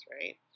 right